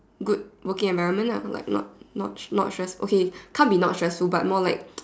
good working environment lah like not not not stress okay can't be not stressful but more like